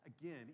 again